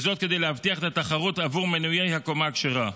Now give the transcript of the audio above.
וזאת כדי להבטיח את התחרות עבור מנויי הקומה הכשרה.